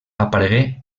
aparegué